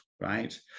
right